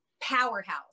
powerhouse